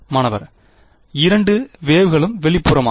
மாணவர் இரண்டு வேவ்கலும் வெளிப்புறமா